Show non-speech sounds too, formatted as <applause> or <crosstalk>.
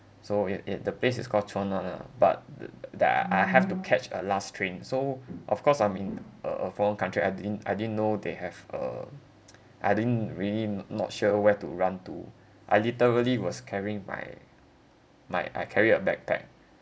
so it it the place is call cheongna ah but the that I I have to catch a last train so of course I'm in a a foreign country I didn't I didn't know they have a <noise> I didn't really n~ not sure where to run to I literally was carrying my my I carry a backpack